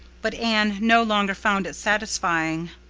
but anne no longer found it satisfying.